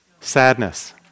Sadness